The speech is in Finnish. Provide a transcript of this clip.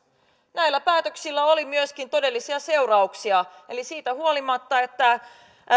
näillä päätöksillä oli myöskin todellisia seurauksia eli siitä huolimatta että